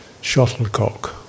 shuttlecock